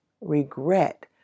regret